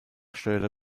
steuerte